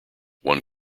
one